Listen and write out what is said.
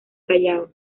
callao